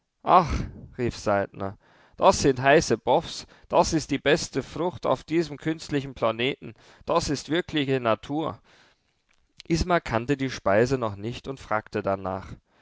rief saltner das sind heiße boffs das ist die beste frucht auf diesem künstlichen planeten das ist wirkliche natur isma kannte die speise noch nicht und fragte danach